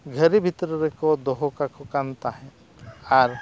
ᱜᱷᱟᱹᱨᱤ ᱵᱷᱤᱛᱨᱤ ᱨᱮᱠᱚ ᱫᱚᱦᱚ ᱠᱟᱠᱚ ᱠᱟᱱ ᱛᱟᱦᱮᱸᱫ ᱟᱨ